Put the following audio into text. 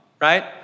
right